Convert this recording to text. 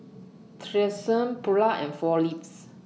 Tresemme Pura and four Leaves